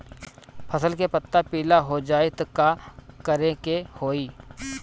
फसल के पत्ता पीला हो जाई त का करेके होई?